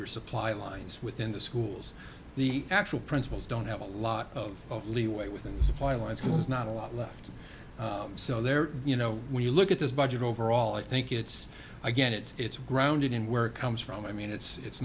your supply lines within the schools the actual principals don't have a lot of leeway within the supply lines pool is not a lot left so they're you know when you look at this budget overall i think it's again it's it's grounded in where it comes from i mean it's